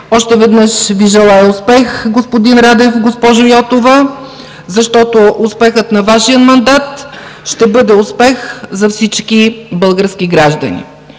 Още веднъж Ви желая успех, господин Радев, госпожо Йотова, защото успехът на Вашия мандат ще бъде успех за всички български граждани!